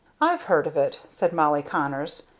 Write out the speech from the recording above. i've heard of it, said molly connors,